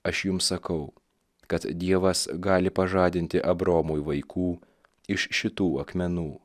aš jums sakau kad dievas gali pažadinti abraomui vaikų iš šitų akmenų